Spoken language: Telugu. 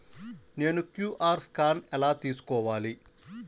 నేను క్యూ.అర్ స్కాన్ ఎలా తీసుకోవాలి?